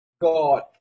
God